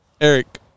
Eric